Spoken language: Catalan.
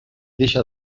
deixa